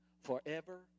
forever